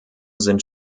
sind